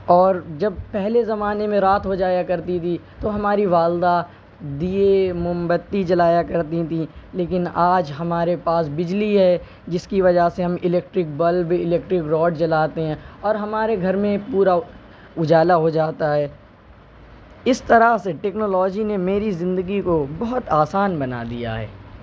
اور جب پہلے زمانے میں رات ہو جایا کرتی تھی تو ہماری والدہ دیے موم بتی جلایا کرتی تھیں لیکن آج ہمارے پاس بجلی ہے جس کی وجہ سے ہم الیکٹرک بلب الیکٹرک راڈ جلاتے ہیں اور ہمارے گھر میں پورا اجالا ہو جاتا ہے اس طرح سے ٹیکنالوجی نے میری زندگی کو بہت آسان بنا دیا ہے